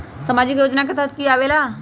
समाजिक योजना के तहद कि की आवे ला?